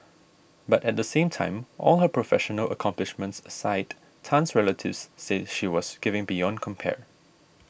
but at the same time all her professional accomplishments aside Tan's relatives say she was giving beyond compare